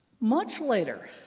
much later,